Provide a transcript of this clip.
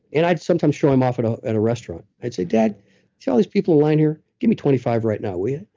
and i'd sometimes show him off at ah at a restaurant. i'd say, dad, see all these people lined here? give me twenty five right now, will you?